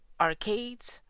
arcades